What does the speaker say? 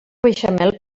beixamel